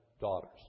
daughters